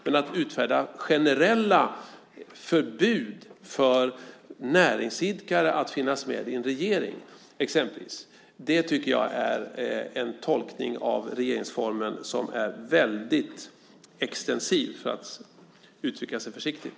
Men att utfärda generella förbud för näringsidkare att finnas med i en regering exempelvis tycker jag är en tolkning av regeringsformen som är väldigt extensiv, för att uttrycka sig försiktigt.